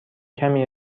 کمی